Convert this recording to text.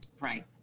Right